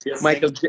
Michael